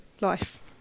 life